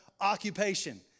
occupation